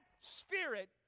Spirit